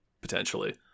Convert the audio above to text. potentially